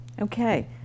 Okay